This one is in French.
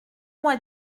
moi